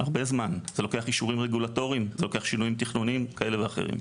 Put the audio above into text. זה לוקח אישורים רגולטוריים ושינויים כאלה ואחרים.